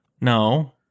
No